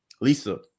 Lisa